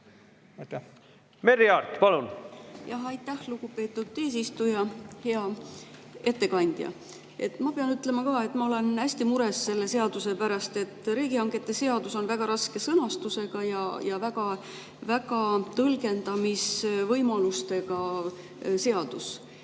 Merry Aart, palun! Aitäh, lugupeetud eesistuja! Hea ettekandja! Ma pean ka ütlema, et ma olen hästi mures selle seaduse pärast – riigihangete seadus on väga raske sõnastusega ja väga-väga [suurte] tõlgendamisvõimalustega seadus.